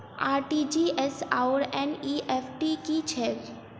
RTGS आओर NEFT की छैक?